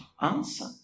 answer